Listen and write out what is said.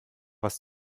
was